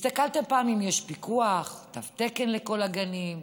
הסתכלתם פעם אם יש פיקוח, תו תקן לכל הגנים,